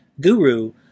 guru